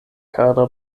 kara